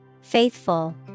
Faithful